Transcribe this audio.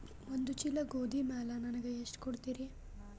ಒಂದ ಚೀಲ ಗೋಧಿ ಮ್ಯಾಲ ನನಗ ಎಷ್ಟ ಕೊಡತೀರಿ?